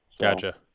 Gotcha